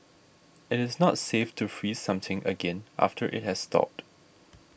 it is not safe to freeze something again after it has thawed